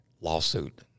lawsuit